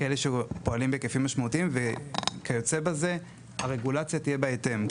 כאלה שפועלים בהיקפים משמעותיים וכיוצא בזה הרגולציה תהיה בהתאם.